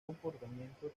comportamiento